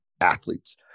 athletes